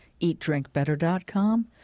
eatdrinkbetter.com